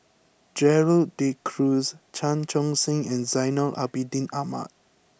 Gerald De Cruz Chan Chun Sing and Zainal Abidin Ahmad